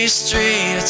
street